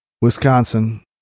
Wisconsin